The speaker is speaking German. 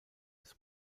des